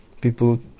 People